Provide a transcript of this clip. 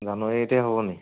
জানুৱাৰীতে হ'বনি